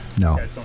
No